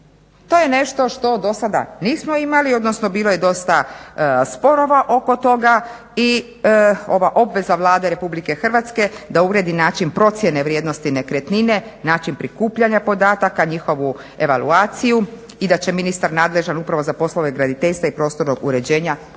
To je nešto što dosada nismo imali, odnosno bilo je dosta sporova oko toga i ova obveza Vlade RH da uredi način procjene vrijednosti nekretnine, način prikupljanja podataka, njihovu evaluaciju i da će ministar nadležan upravo za poslove graditeljstva i prostornog uređenja i